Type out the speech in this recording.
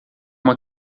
uma